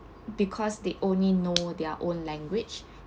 because they only know their own language